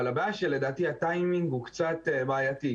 אבל הבעיה היא שלדעתי הטיימינג הוא קצת בעייתי,